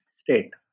state